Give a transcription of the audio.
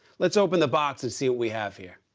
let's open the box and see what we have here.